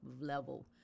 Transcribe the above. level